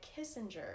kissinger